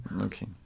Okay